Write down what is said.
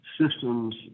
systems